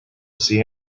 see